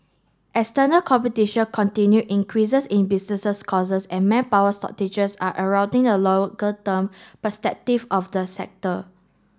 external competition continued increases in businesses costs and manpower shortages are eroding the longer term prospective of the sector